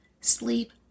sleep